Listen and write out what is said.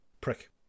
prick